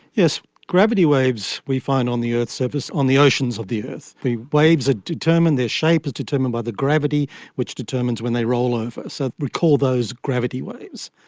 yes, gravity waves we find on the earth's surface, on the oceans of the earth. the waves are ah determined, their shape is determined by the gravity which determines when they roll over. so we call those gravity waves.